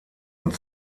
und